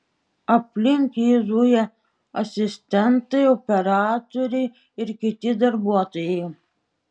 aplink jį zuja asistentai operatoriai ir kiti darbuotojai